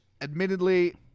admittedly